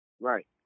Right